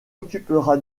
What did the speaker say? occupera